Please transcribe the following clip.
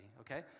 okay